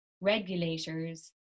regulators